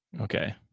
Okay